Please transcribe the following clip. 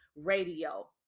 radio